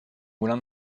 moulin